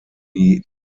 die